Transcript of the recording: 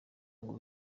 ngo